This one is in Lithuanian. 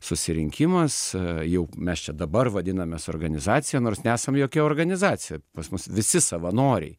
susirinkimas jau mes čia dabar vadinamės organizacija nors nesam jokia organizacija pas mus visi savanoriai